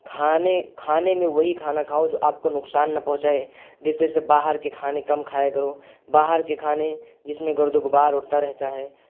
کھانے کھانے میں وہی کھانا کھاؤ جو آپ کو نقصان نہ پہنچائے جیسے جیسے باہر کے کھانے کم کھایا کرو باہر کے کھانے جس میں گرد و گبار اڑتا رہتا ہے